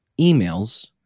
emails